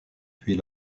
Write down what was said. puis